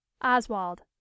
Oswald